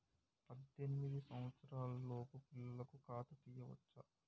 పద్దెనిమిది సంవత్సరాలలోపు పిల్లలకు ఖాతా తీయచ్చా?